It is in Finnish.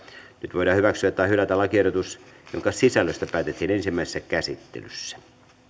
voidaan hyväksyä tai hylätä lakiehdotus jonka sisällöstä päätettiin ensimmäisessä käsittelyssä